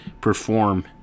perform